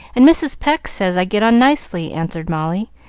and mrs. pecq says i get on nicely, answered molly,